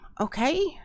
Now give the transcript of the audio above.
okay